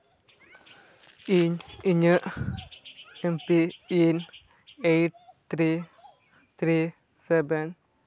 ᱤᱧ ᱤᱧᱟᱹᱜ M pin eight three three seven